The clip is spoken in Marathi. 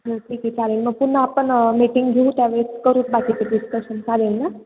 ह ठीक आहे चालेल मग पुन्हा आपण मीटिंग घेऊ त्या वेळेस करून बाकीचे डिस्कशन चालेल ना